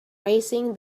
raising